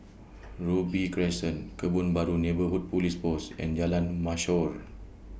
Robey Crescent Kebun Baru Neighbourhood Police Post and Jalan Mashhor